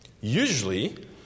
Usually